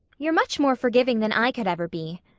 you're much more forgiving than i could ever be,